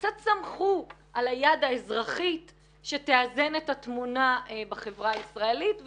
קצת שמחו על היד האזרחית שתאזן את התמונה בחברה הישראלית.